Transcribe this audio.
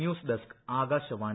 news desk Akashvani